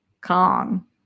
Kong